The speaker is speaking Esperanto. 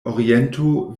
oriento